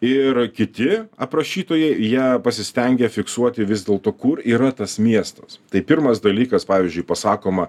ir kiti aprašytojai jie pasistengė fiksuoti vis dėlto kur yra tas miestas tai pirmas dalykas pavyzdžiui pasakoma